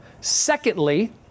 Secondly